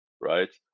right